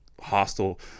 hostile